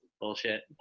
Bullshit